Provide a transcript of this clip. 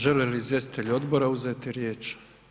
Žele li izvjestitelji odbora uzeti riječ?